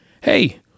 hey